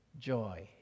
joy